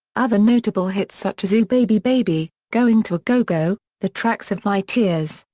other notable hits such as ooo baby baby, going to a go-go, the tracks of my tears,